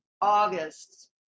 August